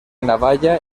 navalla